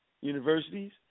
Universities